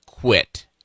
quit